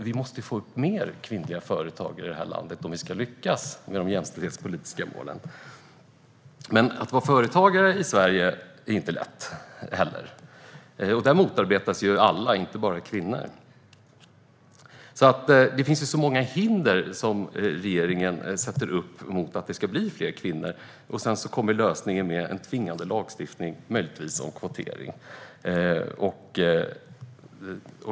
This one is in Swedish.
Vi måste få fler kvinnliga företagare i det här landet om vi ska lyckas med de jämställdhetspolitiska målen. Men att vara företagare i Sverige är inte heller lätt. Där motarbetas alla, inte bara kvinnor. Det finns alltså många hinder som regeringen sätter upp mot att det ska bli fler kvinnor, och sedan kommer lösningen med en tvingande lagstiftning, möjligtvis, om kvotering.